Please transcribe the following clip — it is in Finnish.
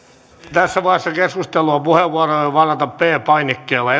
tässä vaiheessa keskustelua puheenvuoroja voi varata p painikkeella